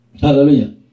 hallelujah